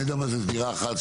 אני יודע מה זה דירה אחת,